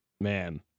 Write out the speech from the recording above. man